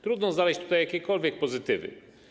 Trudno znaleźć tutaj jakiekolwiek pozytywy.